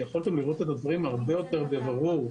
יכולתם לראות את הדברים הרבה יותר בבירור,